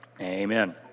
Amen